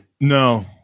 No